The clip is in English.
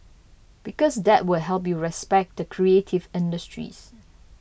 because that will help you respect the creative industries